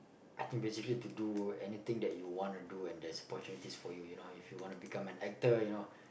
I think basically to do anything that you wanna do and there's opportunities for you you know if you want to become an actor you know